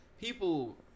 People